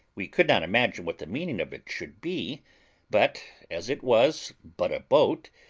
we could not imagine what the meaning of it should be but, as it was but a boat,